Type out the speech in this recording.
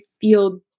feel